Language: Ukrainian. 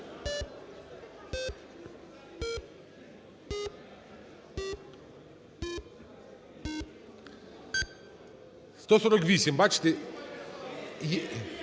148, бачите.